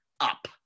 up